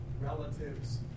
relatives